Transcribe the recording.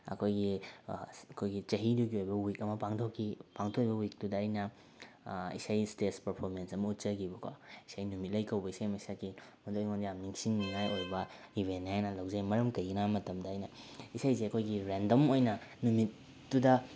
ꯑꯩꯈꯣꯏꯒꯤ ꯑꯩꯈꯣꯏꯒꯤ ꯆꯍꯤꯗꯨꯒꯤ ꯑꯣꯏꯕ ꯋꯤꯛ ꯑꯃ ꯄꯥꯡꯊꯣꯛꯈꯤ ꯄꯥꯡꯊꯣꯛꯏꯕ ꯋꯤꯛꯇꯨꯗ ꯑꯩꯅ ꯏꯁꯩ ꯏꯁꯇꯦꯖ ꯄꯔꯐꯣꯔꯃꯦꯟꯁ ꯑꯃ ꯎꯠꯆꯈꯤꯕꯀꯣ ꯏꯁꯩ ꯅꯨꯃꯤꯠ ꯂꯩ ꯀꯧꯕ ꯏꯁꯩ ꯑꯃ ꯁꯛꯈꯤ ꯑꯗꯨ ꯑꯩꯉꯣꯟꯗ ꯌꯥꯝ ꯅꯤꯡꯁꯤꯡꯅꯤꯉꯥꯏ ꯑꯣꯏꯕ ꯏꯚꯦꯟꯅꯦ ꯍꯥꯏꯅ ꯂꯧꯖꯩ ꯃꯔꯝ ꯀꯩꯒꯤꯅꯣ ꯍꯥꯏꯕ ꯃꯇꯝꯗ ꯑꯩꯅ ꯏꯁꯩꯁꯦ ꯑꯩꯈꯣꯏꯒꯤ ꯔꯦꯟꯗꯝ ꯑꯣꯏꯅ ꯅꯨꯃꯤꯠꯇꯨꯗ